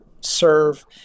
serve